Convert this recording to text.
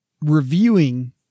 reviewing